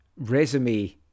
resume